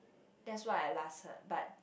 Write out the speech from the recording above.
that's what I last heard but